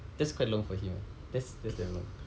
that's quite long for him eh that's that's damn long